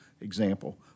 example